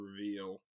reveal